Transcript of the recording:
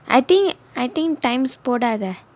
I think I think times போடாதே:podaathae